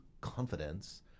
confidence